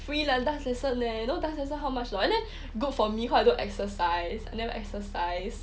free lah dance lesson leh you know dance lesson how much or not and then good for me cause I don't exercise I never exercise